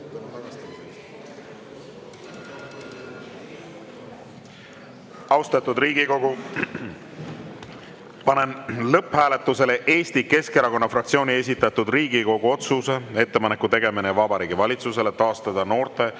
Austatud Riigikogu, panen lõpphääletusele Eesti Keskerakonna fraktsiooni esitatud Riigikogu otsuse "Ettepaneku tegemine Vabariigi Valitsusele taastada noorte